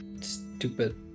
stupid